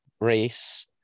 race